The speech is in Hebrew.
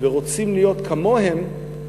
ורוצים להיות כמוהם,